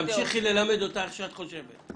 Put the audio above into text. תמשיכי ללמד אותם איך שאת חושבת.